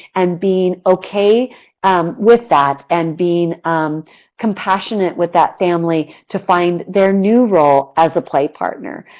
and being ok um with that and being um compassionate with that family to find their new role as a play partner.